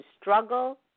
struggle